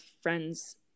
friend's